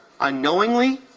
unknowingly